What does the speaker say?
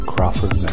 Crawford